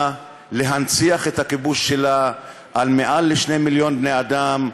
להנציח את הכיבוש של מעל 2 מיליון בני-אדם,